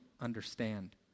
understand